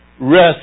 Rest